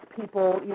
people